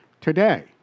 today